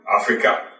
Africa